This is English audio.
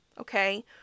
okay